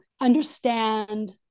understand